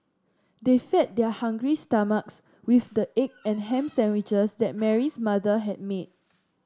they fed their hungry stomachs with the egg and ham sandwiches that Mary's mother had made